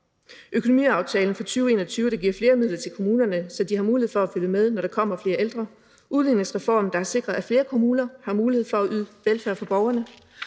økonomiaftalen for 2021, der giver flere midler til kommunerne, så de har mulighed for at følge med, når der kommer flere ældre; udligningsreformen, der har sikret, at flere kommuner har mulighed for at yde velfærd til borgerne;